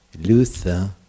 Luther